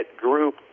group